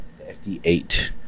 FD8